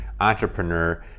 entrepreneur